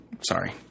Sorry